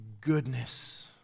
goodness